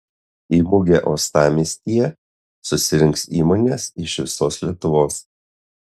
į mugę uostamiestyje susirinks įmonės iš visos lietuvos